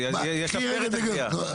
זה ישפר את הגבייה.